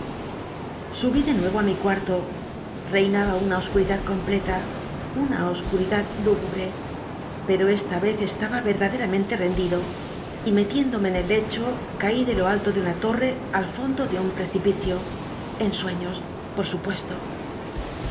subí de nuevo mi cuarto reinaba una oscuriclad completa una oscmidad lúgubre pero csla vez estaba verdaderamente rendido y metiéndome en el lecho caí de lo alto de una torre al rondo de un precipicio en sueños por supuesto